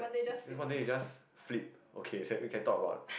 just one day you just flip okay then we can talk about